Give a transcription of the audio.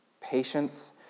patience